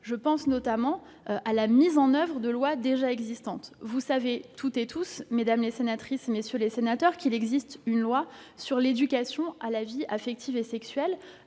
Je pense notamment à la mise en oeuvre de lois déjà existantes. Vous le savez toutes et tous, mesdames les sénatrices, messieurs les sénateurs, la loi prévoit que l'éducation à la vie affective et sexuelle